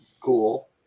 cool